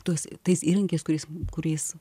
tuos tais įrankiais kuriais kuriais